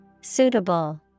Suitable